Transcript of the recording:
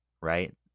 right